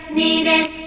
needed